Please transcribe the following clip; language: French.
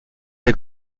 des